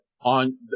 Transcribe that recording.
on